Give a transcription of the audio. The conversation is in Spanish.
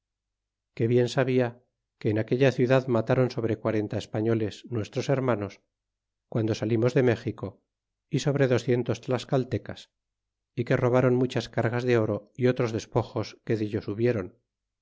que bien sabia que en aquella ciudad mataron sobre quarenta españoles nuestros hermanos guando salimos de méxico y sobre docientos tlascaltecas y que robaron muchas cargas de oro y otros despojos que dellos hubieron